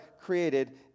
created